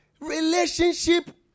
relationship